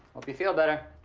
hope you feel better.